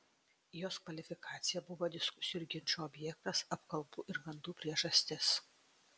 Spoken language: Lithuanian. jos kvalifikacija buvo diskusijų ir ginčų objektas apkalbų ir gandų priežastis